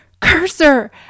cursor